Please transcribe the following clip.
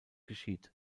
geschieht